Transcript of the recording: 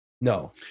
No